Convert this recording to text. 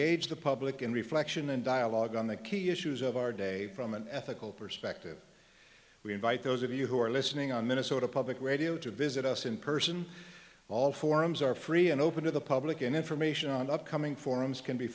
engaged the public in reflection and dialogue on the key issues of our day from an ethical perspective we invite those of you who are listening on minnesota public radio to visit us in person all forums are free and open to the public and information on upcoming forums can be